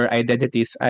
identities